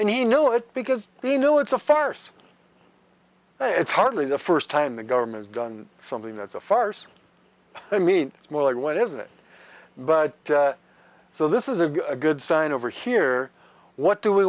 and he knew it because he knew it's a farce it's hardly the first time the government's done something that's a farce i mean it's more like what is it but so this is a good sign over here what do we